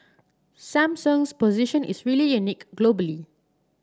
Samsung's position is really unique globally